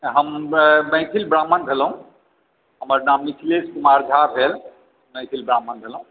हम मैथिल ब्राह्मण भेलहुँ हमर नाम मिथिलेश कुमार झा भेल मैथिल ब्राह्मण भेलहुँ